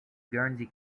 guernsey